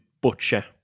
butcher